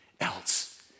else